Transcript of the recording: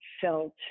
felt